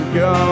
go